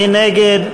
מי נגד?